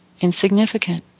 insignificant